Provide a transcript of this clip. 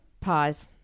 pause